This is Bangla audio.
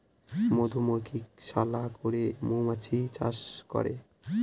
মধুমক্ষিশালা করে মৌমাছি চাষ করে